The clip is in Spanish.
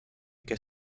que